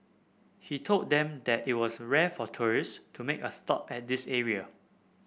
he told them that it was rare for tourist to make a stop at this area